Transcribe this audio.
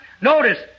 Notice